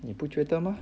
你不觉得 mah